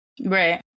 right